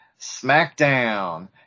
SmackDown